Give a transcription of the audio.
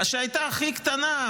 שהייתה הכי קטנה,